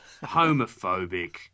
homophobic